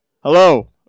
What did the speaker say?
Hello